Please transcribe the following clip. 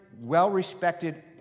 well-respected